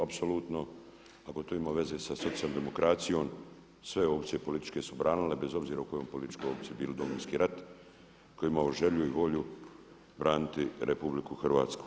Apsolutno ako to ima veze sa socijaldemokracijom sve opcije političke su branile bez obzira u kojoj političkoj opciji bili, Domovinski rat, koji je imao želju i volju braniti RH.